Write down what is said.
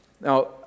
Now